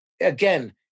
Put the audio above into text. Again